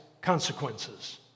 consequences